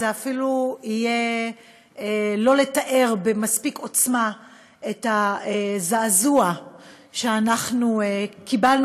זה לא יתאר במספיק עוצמה את הזעזוע שאנחנו קיבלנו